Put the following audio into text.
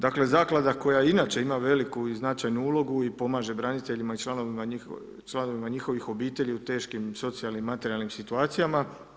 Dakle, Zaklada koja inače ima veliku i značajnu ulogu i pomaže braniteljima i članovima njihovih obitelji u teškim socijalnim, materijalnim situacijama.